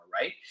right